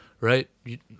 right